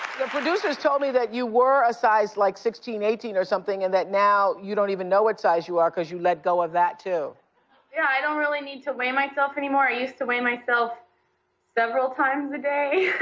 the producers told me that you were a size, like, sixteen, eighteen, or something and that now you don't even know what size you are, because you let go of that too. krys yeah, i don't really need to weigh myself anymore. i used to weigh myself several times a day.